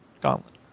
Gauntlet